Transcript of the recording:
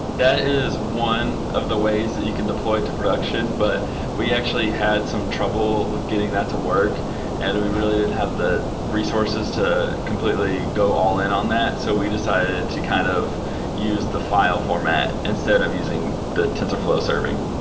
that is one of the ways that you can deploy to production, but we actually had some trouble with getting that to work and we really didn't have the resources to completely go all in on that. so we decided to kind of use the file format instead of using the tensorflow serving.